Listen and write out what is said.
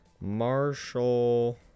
Marshall